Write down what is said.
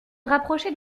rapprochait